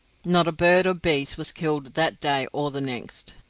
not a bird or beast was killed that day or the next.